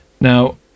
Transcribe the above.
Now